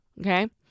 Okay